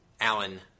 Allen